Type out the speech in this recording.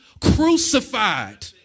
crucified